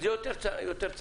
זה יותר צנוע.